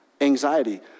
anxiety